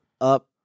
Up